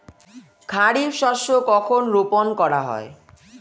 খারিফ শস্য কখন রোপন করা হয়?